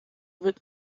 wird